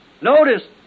Notice